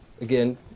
again